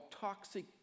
Toxic